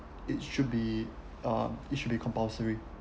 it should be uh it should be compulsory